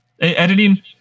editing